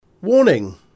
Warning